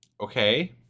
Okay